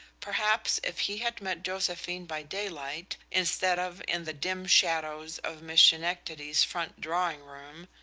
perhaps, if he had met josephine by daylight, instead of in the dim shadows of miss schenectady's front drawing-room,